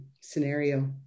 scenario